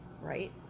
right